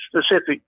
specific